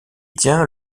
tient